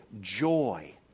joy